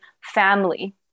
family